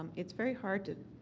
um it's very hard to